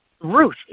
Ruth